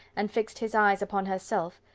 and fixed his eyes upon herself,